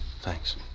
Thanks